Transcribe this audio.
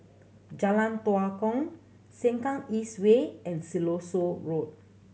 Jalan Tua Kong Sengkang East Way and Siloso Road